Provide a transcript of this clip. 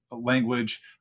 language